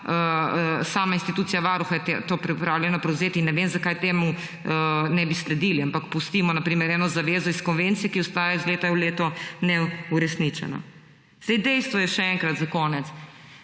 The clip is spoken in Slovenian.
sama institucija Varuha to pripravljena prevzeti. Ne vem, zakaj temu ne bi sledili. Pustimo na primer eno zavezo iz konvencije, ki ostaja iz leta v leto neuresničena. Dejstvo je, še enkrat za konec,